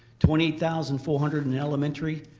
twenty eight thousand four hundred in elementary.